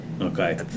Okay